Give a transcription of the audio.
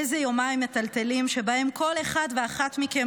איזה יומיים מטלטלים שבהם כל אחד ואחת מכם